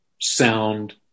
Sound